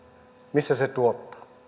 missä se